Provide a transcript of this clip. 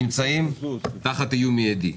נמצאים תחת איום מיידי.